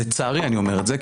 ולצערי אני אומר את זה,